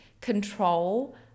control